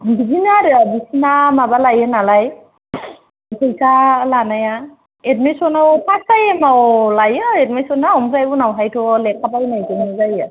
बिदिनो आरो बिसिना माबा लायो नालाय फैसा लानाया एदमिसनाव फार्स टाइमआव लायो एदमिसनाव ओमफ्राय उनाव हाय थ' लेखा बायनाय जोंनो जायो